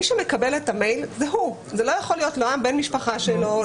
מי שמקבל את המייל זה הוא וזה לא יכול להיות בן משפחה שלו.